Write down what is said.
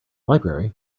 library